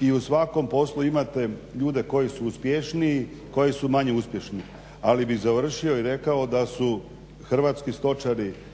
i u svakom poslu imate ljude koji su uspješniji i koji su manje uspješni. Ali bi završio i rekao da su hrvatski stočari